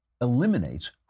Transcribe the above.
eliminates